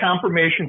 confirmation